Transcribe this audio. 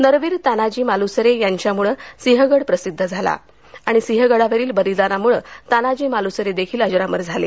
नरवीर तानाजी मालुसरे यांच्यामुळं सिंहगड प्रसिद्ध झाला आणि सिंहगडावरील बलिदानामुळं तानाजी मालुसरे देखील अजरामर झाले